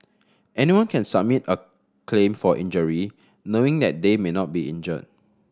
anyone can submit a claim for injury knowing that they may not be injured